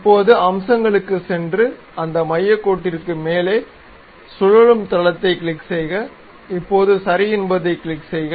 இப்போது அம்சங்களுக்குச் சென்று அந்த மையக் கோட்டிற்கு மேலே சுழலும் தளத்தைக் கிளிக் செய்க இப்போது சரி என்பதைக் கிளிக் செய்க